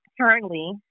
currently